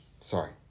Sorry